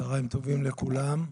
צוהריים טובים לכולם.